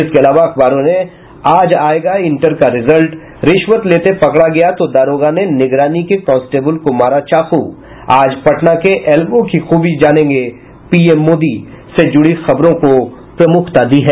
इसके अलावा अखबारों ने आज आयेगा इंटर का रिजल्ट रिश्वत लेते पकड़ा गया तो दारोगा ने निगरानी के कांस्टेबल को मारा चाकू आज पटना के एल गो की खूबी जानेंगे पीएम मोदी से जुड़ी खबरों को प्रमुखता दी है